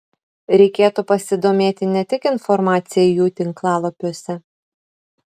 reikėtų pasidomėti ne tik informacija jų tinklalapiuose